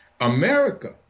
America